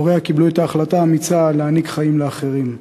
והוריה קיבלו את ההחלטה האמיצה להעניק חיים לאחרים.